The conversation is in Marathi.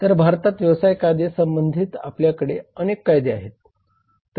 तर भारतात व्यवसाय कायदे संबंधी आपल्याकडे अनेक कायदे आहेत